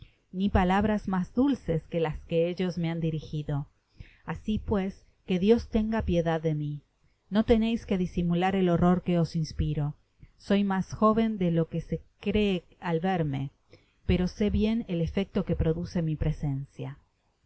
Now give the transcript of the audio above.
ni palabras mas dulces que las que ellos me han dirijido asi pues que dios tenga piedad de mi no teneis que disimular el horror que os inspiro soy mas joven de lo que se cree al verme pero sé bien él efecto que produce mi presencia